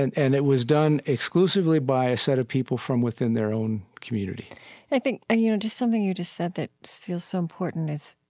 and and it was done exclusively by a set of people from within their own community i think, ah you know, just something you just said that feels so important is